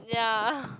ya